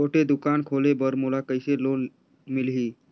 छोटे दुकान खोले बर मोला कइसे लोन मिलही?